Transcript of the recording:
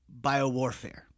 biowarfare